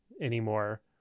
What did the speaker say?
anymore